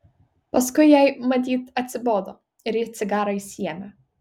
paskui jai matyt atsibodo ir ji cigarą išsiėmė